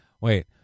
Wait